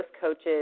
coaches